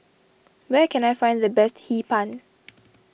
where can I find the best Hee Pan